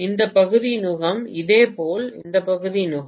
இந்த பகுதி நுகம் இதேபோல் இந்த பகுதி நுகம்